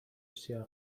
سیاه